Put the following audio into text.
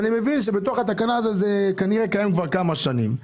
אני מבין שבתוך התקנה זה כנראה קיים כבר כמה שנים.